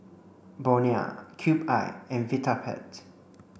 Bonia Cube I and Vitapet